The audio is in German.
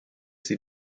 sie